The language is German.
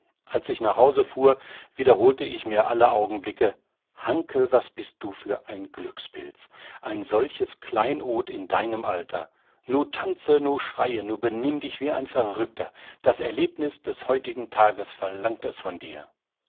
als ich nach hause fuhr wiederholte ich mir alle augenblicke hanckel was bist du für ein glückspilz ein solches kleinod in deinem alter nu tanze nu schreie nu benimm dich wie ein verrückter das erlebnis des heutigen tages verlangt es von dir